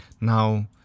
Now